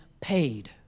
paid